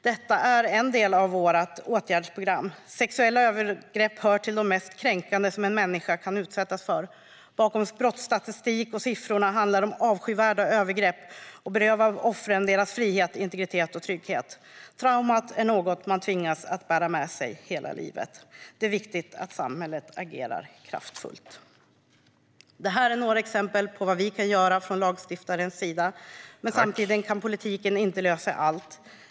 Detta är en del av vårt åtgärdsprogram. Sexuella övergrepp hör till det mest kränkande en människa kan utsättas för. Bakom brottsstatistiken och siffrorna handlar det om avskyvärda övergrepp som berövar offren deras frihet, integritet och trygghet. Traumat är något man tvingas bära med sig hela livet. Det är viktigt att samhället agerar kraftfullt. Det här är några exempel på vad vi kan göra från lagstiftarens sida, men samtidigt kan politiken inte lösa allt.